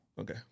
okay